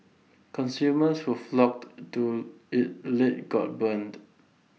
consumers who flocked to IT late got burned